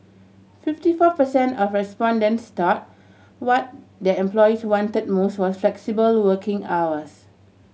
fifty four per cent of respondents thought what their employees wanted most was flexible working hours